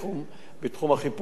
החיפוש והסמים,